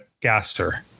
gaster